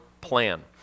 plan